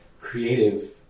creative